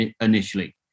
initially